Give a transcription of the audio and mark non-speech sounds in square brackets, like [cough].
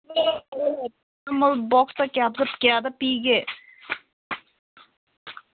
[unintelligible] paracetamol ꯕꯣꯛꯁꯇꯥ ꯀꯌꯥ ꯀꯌꯥꯗ ꯄꯤꯒꯦ